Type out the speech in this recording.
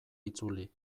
itzuli